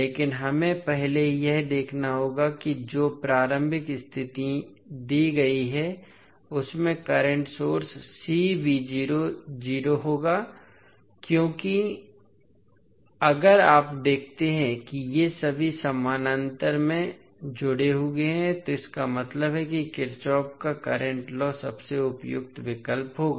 लेकिन हमें पहले यह देखना होगा कि जो प्रारंभिक स्थिति दी गई है उसमें करंट सोर्स होगा क्योंकि अगर आप देखते हैं कि ये सभी समानांतर में जुड़े हुए हैं तो इसका मतलब है कि किरचॉफ का करंट लॉ सबसे उपयुक्त विकल्प होगा